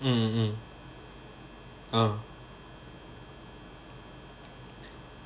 mm mm uh